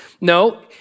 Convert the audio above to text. No